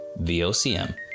VOCM